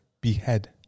behead